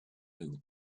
and